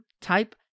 type